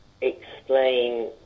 explain